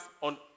on